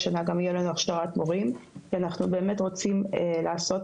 השנה גם יהיה לנו הכשרת מורים ואנחנו באמת רוצים לעשות